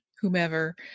whomever